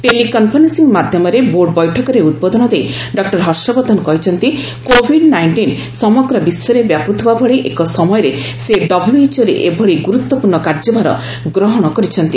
ଟେଲି conferencing ମାଧ୍ୟମରେ board ବୈଠକରେ ଉଦ୍ବୋଧନ ଦେଇ ଡକ୍ଟର ହର୍ଷବର୍ଦ୍ଧନ କହିଛନ୍ତି କୋଭିଡ୍ ନାଇଷ୍ଟିନ୍ ସମଗ୍ର ବିଶ୍ୱରେ ବ୍ୟାପୁଥିବା ଭଳି ଏକ ସମୟରେ ସେ ଡବ୍ଲ୍ୟଏଚ୍ଓରେ ଏଭଳି ଗୁରୁତ୍ୱପୂର୍ଣ୍ଣ କାର୍ଯ୍ୟଭାର ଗ୍ରହଣ କରିଛନ୍ତି